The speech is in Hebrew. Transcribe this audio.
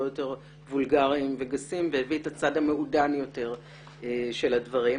יותר וולגריים וגסים והביא את הצד המעודן יותר של הדברים.